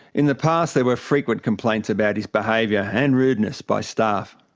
in the past there were frequent complaints about his behaviour and rudeness by staff.